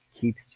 keeps